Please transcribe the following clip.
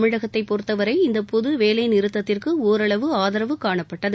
தமிழகத்தைப் பொறுத்தவரை இந்த பொது வேலை நிறுத்தத்திற்கு ஒரளவு ஆதரவு காணப்பட்டது